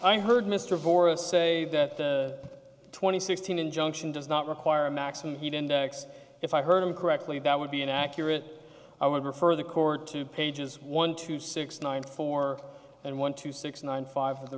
i heard mr boras say that the twenty sixteen injunction does not require a maximum heat index if i heard him correctly that would be inaccurate i would refer the court to pages one two six nine four and one two six nine five for the